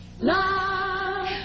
love